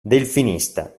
delfinista